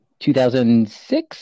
2006